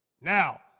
Now